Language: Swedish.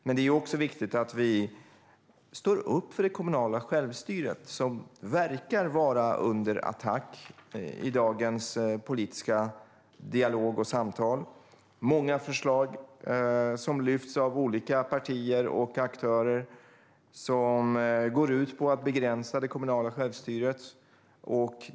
Men det är också viktigt att vi står upp för det kommunala självstyret, som verkar vara under attack i dagens politiska dialog och samtal. Många förslag som lyfts fram av olika partier och aktörer går ut på att begränsa det kommunala självstyret.